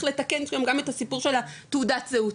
לתקן שם גם את הסיפור של תעודת הזהות.